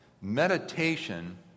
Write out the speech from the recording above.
meditation